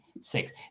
six